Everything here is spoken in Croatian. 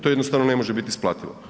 To jednostavno ne može biti isplativo.